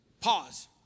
Pause